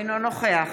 אינו נוכח